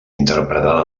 interpretada